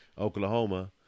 Oklahoma